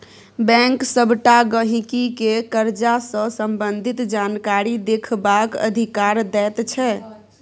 bank सबटा गहिंकी केँ करजा सँ संबंधित जानकारी देखबाक अधिकार दैत छै